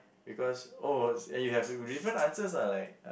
because oh and you have different answers lah like